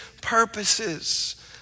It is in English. purposes